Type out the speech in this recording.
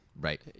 Right